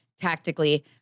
tactically